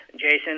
Jason